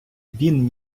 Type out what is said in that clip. він